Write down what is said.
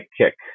kick